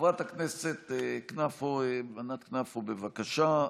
חברת הכנסת ענת כנפו, בבקשה.